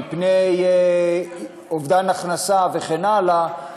מפני אובדן הכנסה וכן הלאה,